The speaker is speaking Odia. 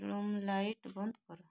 ରୁମ୍ ଲାଇଟ୍ ବନ୍ଦ କର